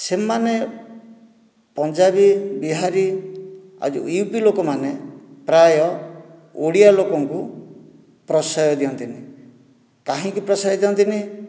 ସେମାନେ ପଞ୍ଜାବୀ ବିହାରୀ ଆଉ ଯେଉଁ ୟୁ ପି ଲୋକମାନେ ପ୍ରାୟ ଓଡ଼ିଆ ଲୋକଙ୍କୁ ପ୍ରଶ୍ରୟ ଦିଅନ୍ତି ନାହିଁ କାହିଁକି ପ୍ରଶ୍ରୟ ଦିଅନ୍ତି ନାହିଁ